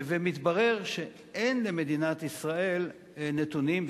ומתברר שאין למדינת ישראל נתונים,